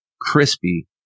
crispy